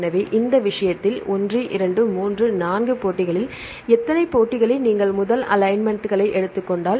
எனவே இந்த விஷயத்தில் 1 2 3 4 போட்டிகளில் எத்தனை போட்டிகளை நீங்கள் முதல் அலைன்மென்ட்களை எடுத்துக் கொண்டால்